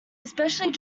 especially